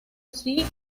así